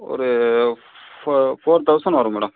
ஒரு four four thousand வரும் madam